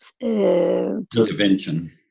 Intervention